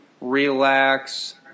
relax